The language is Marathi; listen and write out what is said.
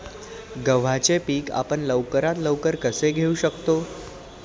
गव्हाचे पीक आपण लवकरात लवकर कसे घेऊ शकतो?